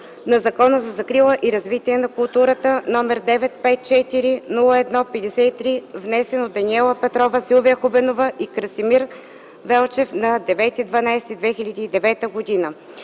на Закона за закрила и развитие на културата, № 954-01-53, внесен от Даниела Петрова, Силвия Хубенова и Красимир Велчев на 09